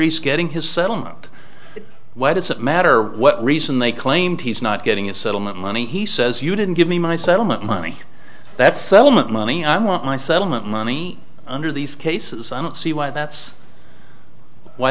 he's getting his settlement what does it matter what reason they claim he's not getting a settlement money he says you didn't give me my settlement money that settlement money i want my settlement money under these cases i don't see why that's why